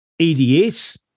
EDS